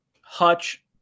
Hutch